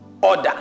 order